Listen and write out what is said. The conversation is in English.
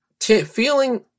feeling